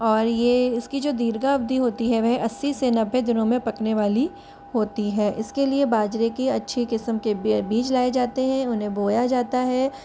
और ये इसकी जो दीर्घ अवधि होती है वह अस्सी से नब्बे दिनों में पकने वाली होती है इसके लिए बाजरे की अच्छी किस्म के बीज लाए जाते हैं उन्हे बोया जाता है